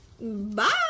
Bye